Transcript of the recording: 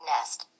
Nest